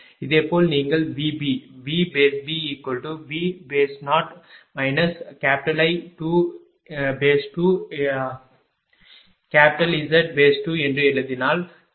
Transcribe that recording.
இதேபோல் நீங்கள் VB VBVa I2Z2 என்று எழுதினால் சரி